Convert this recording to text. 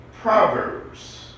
Proverbs